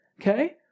Okay